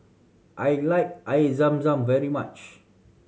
I like Air Zam Zam very much